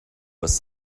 was